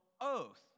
oath